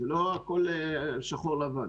לא הכול שחור לבן,